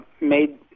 made